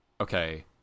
okay